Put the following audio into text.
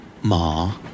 Ma